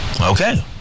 Okay